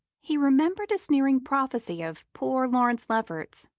he remembered a sneering prophecy of poor lawrence lefferts's,